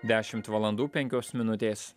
dešimt valandų penkios minutės